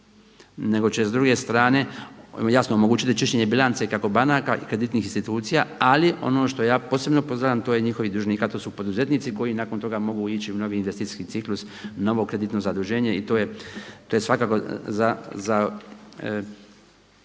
nego će s druge strane jasno omogućiti čišćenje bilance kako banaka i kreditnih institucija, ali ono što ja posebno pozdravljam to je njihovih dužnika to su poduzetnici koji nakon toga mogu ići u novi investicijski ciklus, novo kreditno zaduženje i to je svakako za